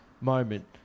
moment